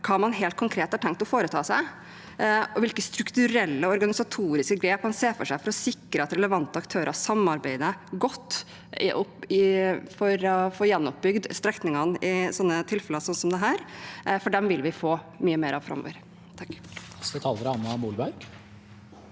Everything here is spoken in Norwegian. hva man helt konkret har tenkt å foreta seg, og hvilke strukturelle og organisatoriske grep man ser for seg, for å sikre at relevante aktører samarbeider godt for få gjenoppbygd strekningene i tilfeller som dette, for dem vil vi få mye mer av framover. Anna Molberg